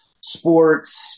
sports